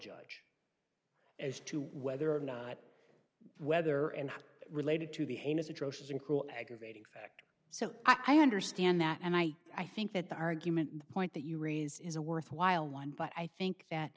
judge as to whether or not whether and related to the heinous atrocious and cruel aggravating fact so i understand that and i i think that the argument the point that you raise is a worthwhile one but i think that